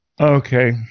Okay